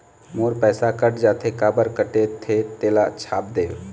मोर पैसा कट जाथे काबर कटथे तेला छाप देव?